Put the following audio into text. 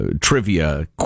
trivia